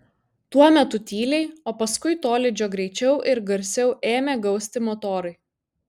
tuo metu tyliai o paskui tolydžio greičiau ir garsiau ėmė gausti motorai